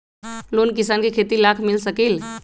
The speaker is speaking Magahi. लोन किसान के खेती लाख मिल सकील?